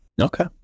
Okay